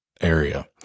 area